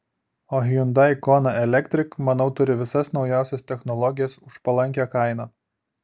o hyundai kona electric manau turi visas naujausias technologijas už palankią kainą